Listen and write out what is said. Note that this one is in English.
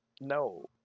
No